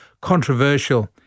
controversial